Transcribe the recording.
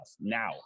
Now